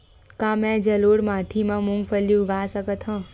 का मैं जलोढ़ माटी म मूंगफली उगा सकत हंव?